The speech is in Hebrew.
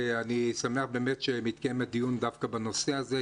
אני שמח באמת שמתקיים הדיון דווקא בנושא הזה,